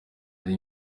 ari